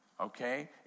okay